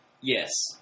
Yes